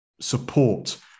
support